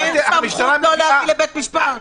אנחנו רואים שאנחנו עדיין רחוקים מאוד מה-250 שדובר עליהם.